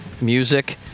music